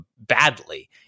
badly